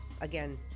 again